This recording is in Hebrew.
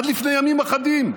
עד לפני ימים אחדים,